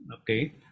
Okay